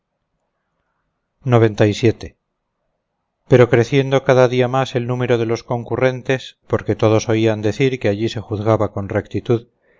negocios pero creciendo cada día más el número de los concurrentes porque todos oían decir que allí se juzgaba con rectitud